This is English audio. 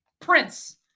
Prince